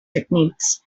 techniques